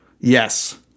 Yes